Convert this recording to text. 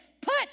put